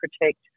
protect